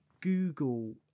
Google